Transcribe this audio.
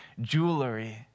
jewelry